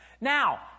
Now